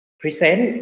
present